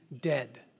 dead